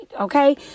Okay